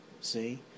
See